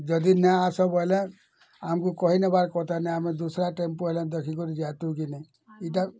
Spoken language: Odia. ଯଦି ନାଇଁ ଆସ ବୋଇଲେ ଆମକୁ କହିନବାର୍ କଥାନ ଆମେ ଦୁସରା ଟେମ୍ପୁ ହେଲେ ଦେଖିକରି ଯାଆତୁ କି ନାଇଁ ଇଟା